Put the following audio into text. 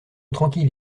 tranquille